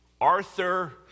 Arthur